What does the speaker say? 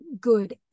good